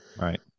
right